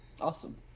Awesome